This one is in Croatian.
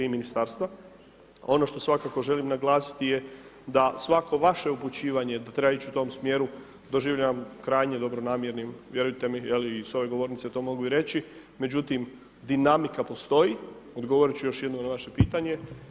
Ono što svakako želim naglasiti je da svako vaše upućivanje da treba ići u tom smjeru doživljavam krajnje dobronamjernim, vjerujte mi je li i s ove govornice to mogu i reći, međutim dinamika postoji, odgovorit ću još jednom na vaše pitanje.